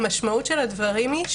ומשמעות הדברים היא,